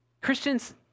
Christians